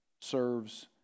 serves